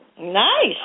Nice